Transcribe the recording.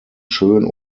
schön